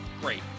Great